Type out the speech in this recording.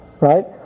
Right